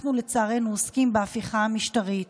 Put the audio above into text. לצערנו אנחנו עוסקים בהפיכה המשטרית.